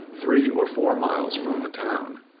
three or four miles from the town.